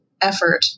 effort